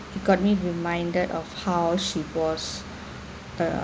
you got me reminded of how she was uh